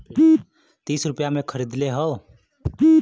तीस रुपइया मे खरीदले हौ